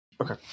Okay